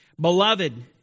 Beloved